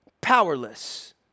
powerless